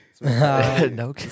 No